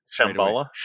Shambhala